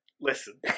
listen